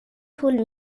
طول